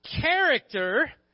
Character